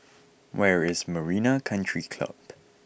where is Marina Country Club